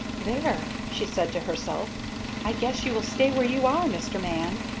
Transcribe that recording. there, she said to herself i guess you will stay where you are, mister man,